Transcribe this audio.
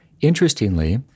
Interestingly